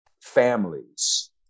families